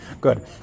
good